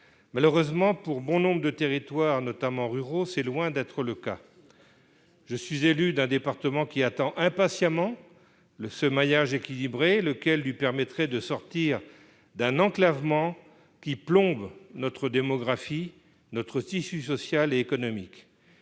malheureusement pour bon nombre de territoires, notamment ruraux, c'est loin d'être le cas, je suis élu d'un département qui attend impatiemment le ce maillage équilibré, lequel du permettrait de sortir d'un enclavement qui plombe notre démographie notre tissu social et économique,